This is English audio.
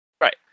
Right